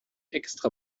extra